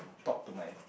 talk to my